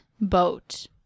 boat